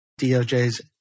DOJ's